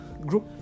group